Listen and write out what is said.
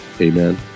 Amen